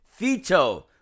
Fito